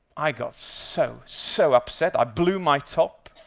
i got so, so upset i blew my top